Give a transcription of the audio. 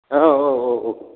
औ औ औ